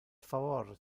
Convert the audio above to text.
favor